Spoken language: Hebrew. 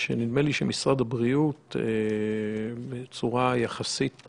- שמשרד הבריאות יכול להתארגן איתה בצורה יחסית